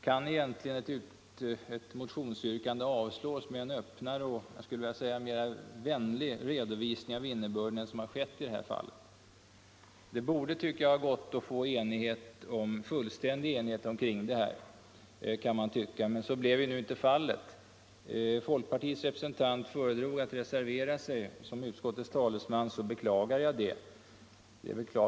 Kan egentligen ett motionsyrkande avstyrkas med en öppnare och — skulle jag vilja säga — vänligare redovisning av innebörden än vad som har skett i det här fallet? Det borde ha gått att få fullständig enighet omkring detta, kan man tycka. Men så blev inte fallet. Folkpartiets representant föredrog att reservera sig. Som utskottets talesman beklagar jag det av flera skäl.